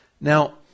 Now